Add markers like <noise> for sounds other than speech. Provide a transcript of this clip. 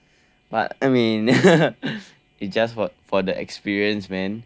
but I mean <laughs> it's just for for the experience man